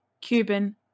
cuban